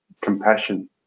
compassion